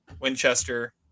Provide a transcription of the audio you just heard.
Winchester